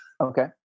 Okay